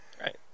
Right